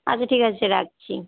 আচ্ছা ঠিক আছে রাখছি